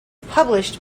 published